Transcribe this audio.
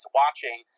watching